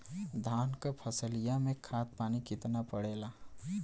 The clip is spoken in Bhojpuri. धान क फसलिया मे खाद पानी कितना पड़े ला?